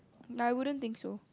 I won't think so